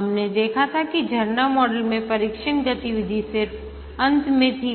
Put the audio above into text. हमने देखा था की झरना मॉडल में परीक्षण गतिविधि सिर्फ अंत में थी